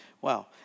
wow